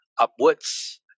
upwards